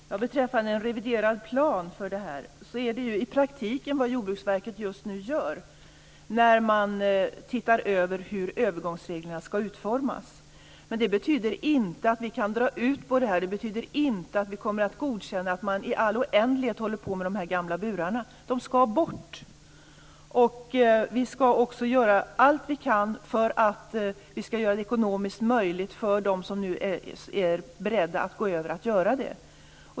Herr talman! Beträffande en reviderad plan vill jag säga att det i praktiken är en sådan som Jordbruksverket just nu gör när det ser över hur övergångsreglerna ska utformas. Men det betyder inte att vi kan dra ut på övergången och att vi kommer att godkänna att man håller på med de gamla burarna i all oändlighet. De ska bort. Vi ska också göra allt vad vi kan för att ekonomiskt bistå dem som nu är beredda att genomföra en övergång.